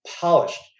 polished